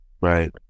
right